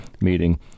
meeting